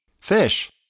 Fish